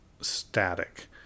static